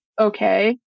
okay